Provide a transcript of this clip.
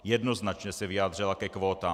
Jednoznačně se vyjádřila ke kvótám.